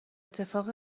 اتفاق